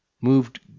moved